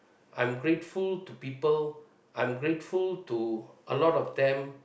I'm grateful to people I'm grateful to a lot of them